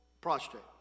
prostrate